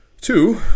Two